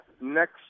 next